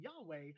Yahweh